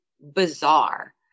bizarre